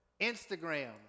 Instagram